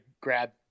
grab